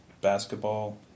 basketball